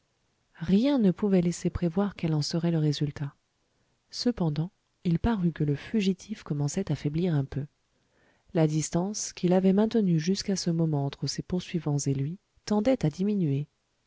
rien ne pouvait laisser prévoir quel en serait le résultat cependant il parut que le fugitif commençait à faiblir un peu la distance qu'il avait maintenue jusqu'à ce moment entre ses poursuivants et lui tendait à diminuer